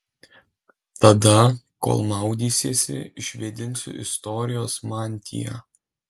tada kol maudysiesi išvėdinsiu istorijos mantiją